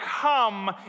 come